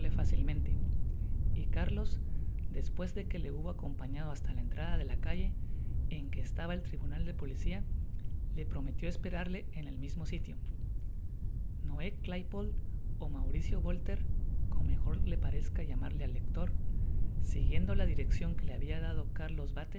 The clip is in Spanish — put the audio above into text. fácilmente y carlos despues que le hubo acompañado hasta la entrada de la calle en que estaba el tribunal de policia le prometió esperarle en el mismo sitio noé claypole ó mauricio bolter com'o mejor le parezca llamarle el lector siguiendo la direccion que le hábia dado carlos